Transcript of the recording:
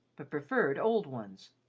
but preferred old ones.